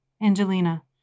Angelina